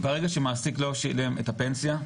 ברגע שמעסיק לא שילם את הפנסיה,